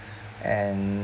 and